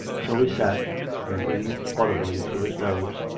so he sat and breathed audibly through his nose,